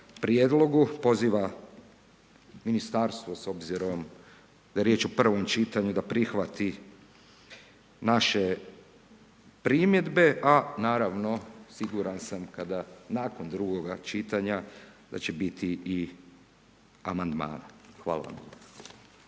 prijedlogu, poziva ministarstvo, s obzirom da je riječ o prvom čitanju da prihvati naše primjedbe, a naravno siguran sam, kada nakon drugoga čitanja da će biti i amandmana. Hvala vam